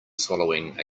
swallowing